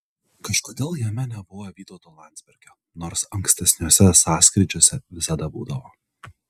kažkodėl jame nebuvo vytauto landsbergio nors ankstesniuose sąskrydžiuose visada būdavo